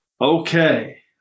Okay